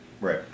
Right